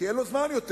כי אין לו זמן יותר.